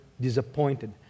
disappointed